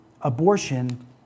Abortion